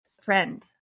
friend